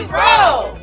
roll